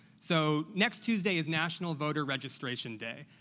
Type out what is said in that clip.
so next tuesday is national voter registration day,